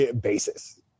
basis